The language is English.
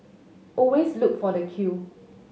always look for the queue